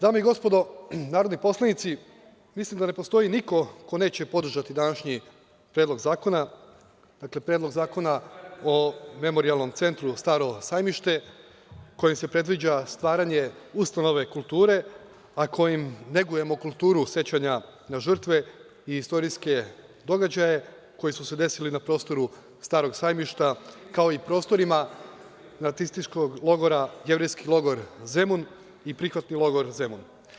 Dame i gospodo narodni poslanici, mislim da ne postoji niko ko neće podržati današnji Predlog zakona, dakle Predlog zakona o Memorijalnom centru „Staro sajmište“ koje se predviđa stvaranje ustanove kulture, a kojom negujemo kulturu sećanja na žrtve i istorijske događaje koji su se desili na prostoru „Starog sajmišta“, kao i prostorima nacističkog logora „Jevrejski logor Zemun“ i „Prihvatni logor Zemun“